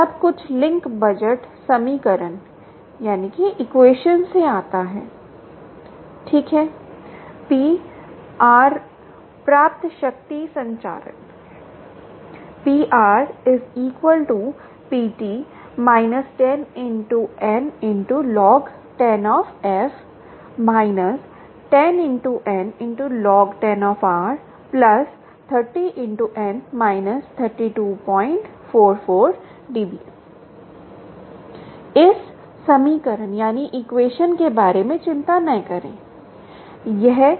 सब कुछ link budget समीकरण से आता है ठीक है P आर प्राप्त शक्ति संचारित है PR PT −10× n× log10 f −10 ×n× log10 r 30 × n−3244 इस समीकरण के बारे में चिंता ना करे